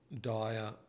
dire